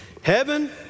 Heaven